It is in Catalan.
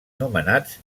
nomenats